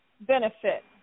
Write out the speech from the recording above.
benefit